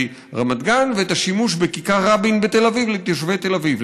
רמת גן ואת השימוש בכיכר רבין בתל אביב לתושבי תל אביב.